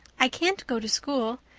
i can't go to school.